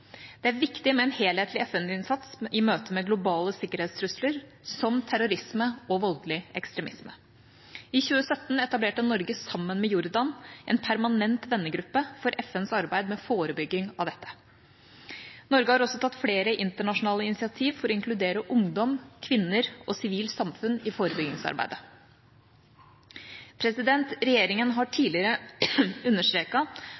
Det er viktig med en helhetlig FN-innsats i møte med globale sikkerhetstrusler som terrorisme og voldelig ekstremisme. I 2017 etablerte Norge sammen med Jordan en permanent vennegruppe for FNs arbeid med forebygging av dette. Norge har også tatt flere internasjonale initiativ for å inkludere ungdom, kvinner og sivilt samfunn i forebyggingsarbeidet. Regjeringa har